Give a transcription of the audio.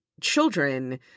children